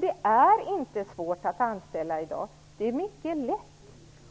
Det är inte svårt att anställa i dag. Det är mycket lätt.